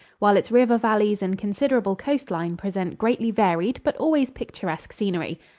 while its river valleys and considerable coast line present greatly varied but always picturesque scenery.